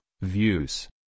Views